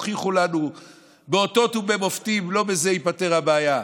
הוכיחו לנו באותות ובמופתים: לא בזה תיפתר הבעיה,